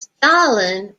stalin